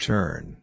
Turn